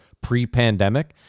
pre-pandemic